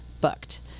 booked